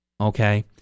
Okay